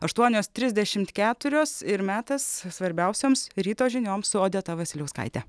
aštuonios trisdešimt keturios ir metas svarbiausioms ryto žinioms su odeta vasiliauskaite